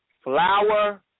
Flower